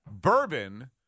bourbon